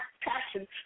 passion